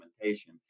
implementation